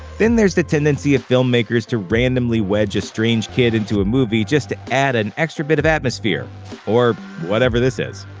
then there's the tendency of filmmakers to randomly wedge a strange kid into a movie just to add an extra bit of atmosphere or whatever this is.